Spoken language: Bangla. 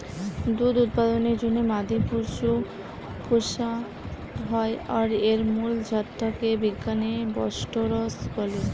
দুধ উৎপাদনের জন্যে মাদি পশু পুশা হয় আর এর মুল জাত টা কে বিজ্ঞানে বস্টরস বলে